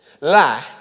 lie